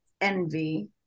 Envy